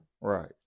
Right